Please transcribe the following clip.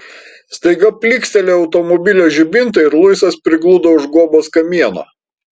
staiga plykstelėjo automobilio žibintai ir luisas prigludo už guobos kamieno